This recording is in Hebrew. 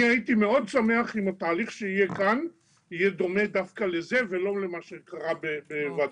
הייתי מאוד שמח אם התהליך שיהיה פה יהיה דומה לזה ולא למה שקרה שם.